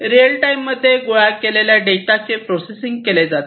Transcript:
real time मध्ये गोळा केलेल्या डेटाचे प्रोसेसिंग केले जाते